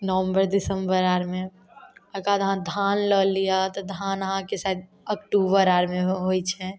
नवम्बर दिसम्बर आरमे अगर अहाँ धान लऽ लिअऽ तऽ धान अहाँके शायद अक्टूबर आरमे हो होइ छै